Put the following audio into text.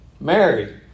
Mary